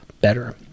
better